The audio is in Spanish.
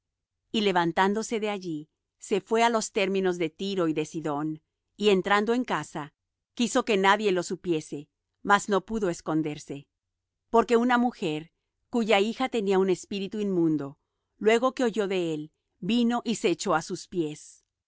y levantándose de allí se fué á los términos de tiro y de sidón y entrando en casa quiso que nadie lo supiese mas no pudo esconderse porque una mujer cuya hija tenía un espíritu inmundo luego que oyó de él vino y se echó á sus pies